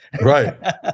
Right